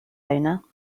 owner